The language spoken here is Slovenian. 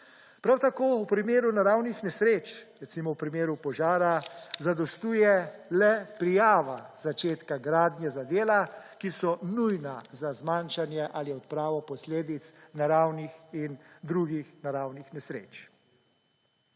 Prav tako v primeru naravnih nesreč recimo v primeru požara zadostuje le prijava začetka gradnje za dela, ki so nujna za zmanjšanje ali odpravo posledic naravnih in drugih naravnih nesreč.